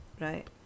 right